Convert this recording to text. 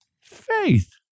faith